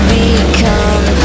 become